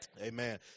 Amen